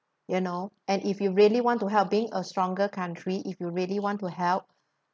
you know and if you really want to help being a stronger country if you really want to help